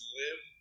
live